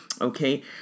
Okay